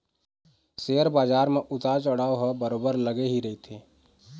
share बजार म उतार चढ़ाव ह बरोबर लगे ही रहिथे